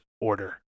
order